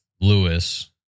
Lewis